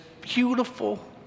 beautiful